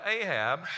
Ahab